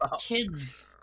kids